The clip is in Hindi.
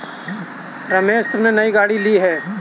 रमेश तुमने नई गाड़ी ली हैं